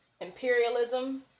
imperialism